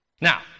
Now